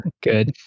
good